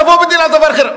תבוא בדין על דבר אחר.